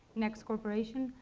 next corporation,